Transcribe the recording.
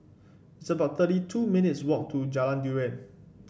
it's about thirty two minutes' walk to Jalan Durian